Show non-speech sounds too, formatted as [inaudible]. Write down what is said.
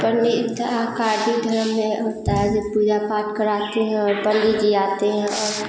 पंडित [unintelligible] धर्म में होता है जब पूजा पाठ कराते हैं और पंडित जी आते हैं और